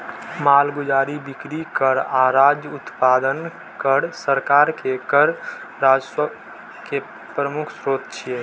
मालगुजारी, बिक्री कर आ राज्य उत्पादन कर सरकार के कर राजस्व के प्रमुख स्रोत छियै